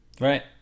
right